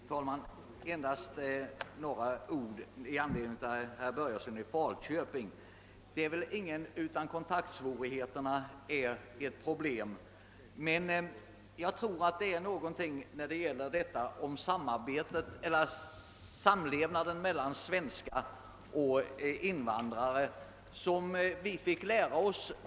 Herr talman! Endast några ord med anledning av vad herr Börjesson i Falköping sade. Det är väl ingen som inte anser att kontaktsvårigheterna utgör ett problem.